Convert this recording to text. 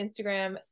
Instagram